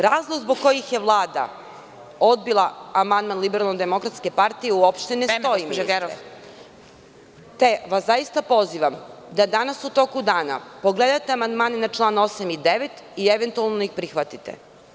Razlog zbog kojih je Vlada odbila amandman LDP uopšte ne stoji gospodine ministre, te vas zaista pozivam da danas u toku dana pogledate amandmane na član 8. i 9. i eventualno da ih prihvatite.